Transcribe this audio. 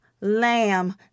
lamb